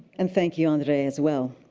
and thank you, andre, as well.